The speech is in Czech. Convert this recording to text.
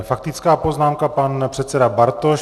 Faktická poznámka, pan předseda Bartoš.